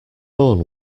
born